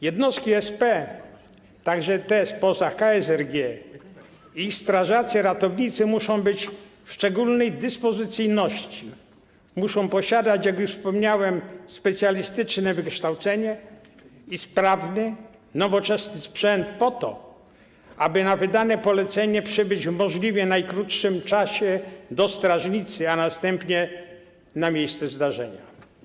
Jednostki OSP, także te spoza KSRG, i strażacy ratownicy muszą być w szczególnej dyspozycyjności, muszą posiadać, jak już wspomniałem, specjalistyczne wykształcenie i sprawny nowoczesny sprzęt po to, aby na wydane polecenie przybyć w możliwie najkrótszym czasie do strażnicy, a następnie na miejsce zdarzenia.